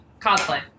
cosplay